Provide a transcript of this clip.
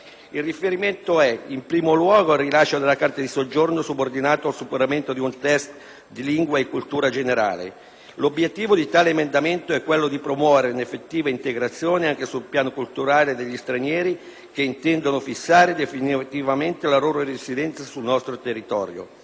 Il riferimento è, in primo luogo, al rilascio della carta di soggiorno, subordinato al superamento di un *test* di lingua e cultura generale. L'obiettivo di tale emendamento è quello di promuovere un'effettiva integrazione anche sul piano culturale degli stranieri che intendano fissare definitivamente la loro residenza sul nostro territorio.